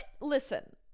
listen